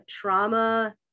trauma